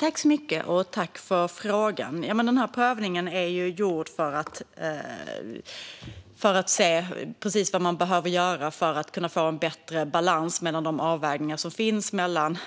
Fru talman! Denna prövning är gjord för att man ska se precis vad man behöver göra för att få en bättre balans mellan de avvägningar som finns mellan